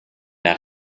der